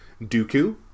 Dooku